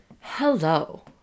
Hello